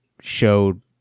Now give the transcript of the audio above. showed